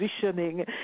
positioning